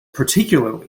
particularly